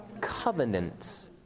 Covenant